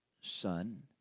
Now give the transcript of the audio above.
son